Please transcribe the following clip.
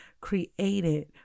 created